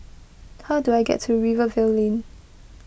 how do I get to Rivervale Lane